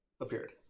appeared